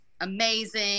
amazing